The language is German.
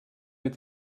mit